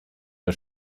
der